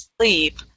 sleep